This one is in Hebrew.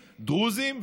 דרוזים,